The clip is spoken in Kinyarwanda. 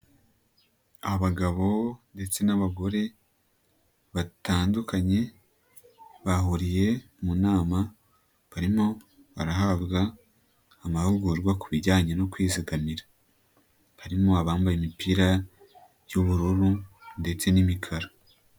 Abagabo ndetse n'abagore batandukanye bahuriye mu nama barimo barahabwa amahugurwa ku bijyanye no kwizigamira. Harimo abambaye imipira y'ubururu ndetse n'imikara.